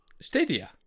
Stadia